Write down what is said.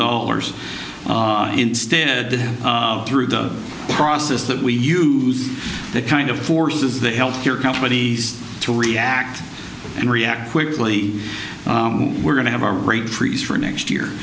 dollars instead of through the process that we use that kind of forces the health care companies to react and react quickly we're going to have our rate increase for next year